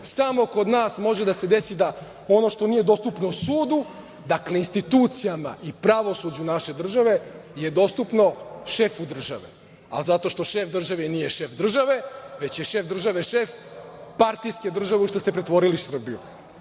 Samo kod nas može da se desi da ono što nije dostupno sudu, dakle, institucijama i pravosuđu naše države, je dostupno šefu države zato što šef države nije šef države, već je šef države šef partijske države, u šta ste pretvorili Srbiju. Mi